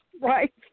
right